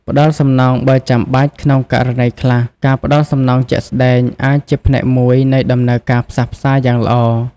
ផ្តល់សំណងបើចាំបាច់ ក្នុងករណីខ្លះ ការផ្តល់សំណងជាក់ស្តែងអាចជាផ្នែកមួយនៃដំណើរការផ្សះផ្សាយ៉ាងល្អ។